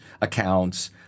accounts